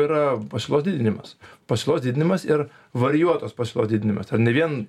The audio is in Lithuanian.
yra pasiūlos didinimas pasiūlos didinimas ir varijuotos pasiūlos didinimas ar ne vien